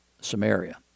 Samaria